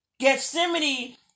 Gethsemane